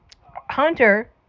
Hunter